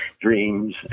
dreams